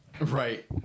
right